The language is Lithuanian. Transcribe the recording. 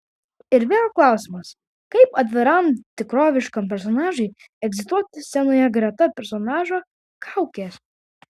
ir vėl klausimas kaip atviram tikroviškam personažui egzistuoti scenoje greta personažo kaukės